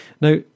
Now